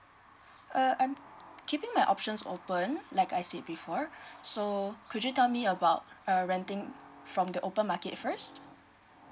uh I'm keeping my options open like I said before so could you tell me about uh renting from the open market first